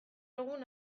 egun